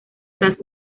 tras